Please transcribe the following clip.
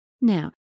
Now